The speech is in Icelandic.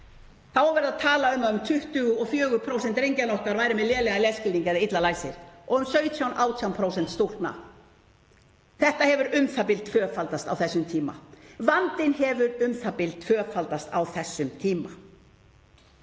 var verið að tala um að um 24% drengjanna okkar væru með lélegan lesskilning eða illa læsir og um 17, 18% stúlkna. Þetta hefur u.þ.b. tvöfaldast á þessum tíma. Vandinn hefur u.þ.b. tvöfaldast á þessum tíma.